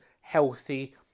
healthy